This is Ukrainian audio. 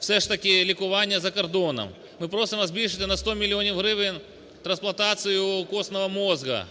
все ж таки на лікування за кордоном. Ми просимо збільшити на 100 мільйонів гривень трансплантацію костного мозга